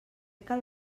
cal